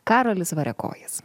karolis variakojis